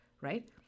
right